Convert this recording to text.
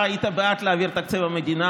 אתה היית בעד להעביר את תקציב המדינה.